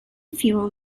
feral